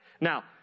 Now